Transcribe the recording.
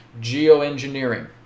geoengineering